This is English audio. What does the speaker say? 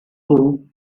room